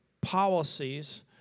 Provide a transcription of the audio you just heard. policies